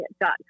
dot